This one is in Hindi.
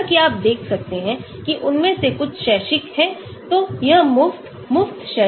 जैसा कि आप देख सकते हैं कि उनमें से कुछ शैक्षिक हैं तो यह मुफ्त मुफ्त शैक्षिक शैक्षिक मुफ्त मुफ्त